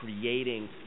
creating